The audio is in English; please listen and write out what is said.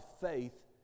faith